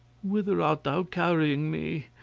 whither art thou carrying me?